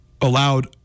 allowed